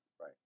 Right